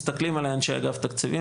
מסתכלים עליי אנשי אגף תקציבים,